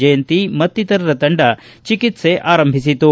ಜಯಂತಿ ಮತ್ತಿತರರ ತಂಡ ಚಿಕಿತ್ಸೆ ಆರಂಭಿಸಿತು